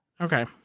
Okay